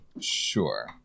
Sure